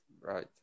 right